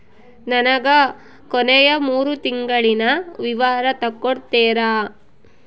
ನನಗ ಕೊನೆಯ ಮೂರು ತಿಂಗಳಿನ ವಿವರ ತಕ್ಕೊಡ್ತೇರಾ?